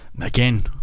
Again